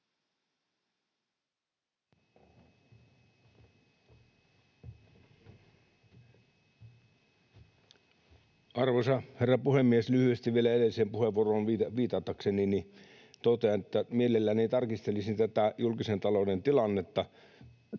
Arvoisa herra puhemies! Lyhyesti vielä edelliseen puheenvuoroon viitatakseni totean, että mielelläni tarkastelisin tätä julkisen talouden tilannetta